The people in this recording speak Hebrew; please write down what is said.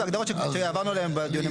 הגדרות שעברנו עליהן בדיונים הקודמים.